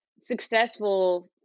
successful